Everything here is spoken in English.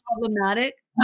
problematic